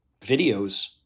videos